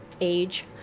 age